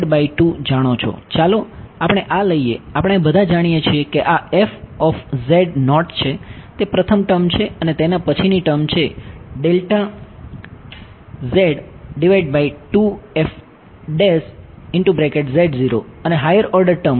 ચાલો આપણે આ લઈએ આપણે બધા જાણીએ છીએ કે આ f ઓફ z નોટ છે તે પ્રથમ ટર્મ છે અને તેના પછીની ટર્મ છે અને હાયર ઓર્ડર ટર્મ